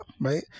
right